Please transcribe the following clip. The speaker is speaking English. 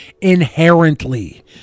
inherently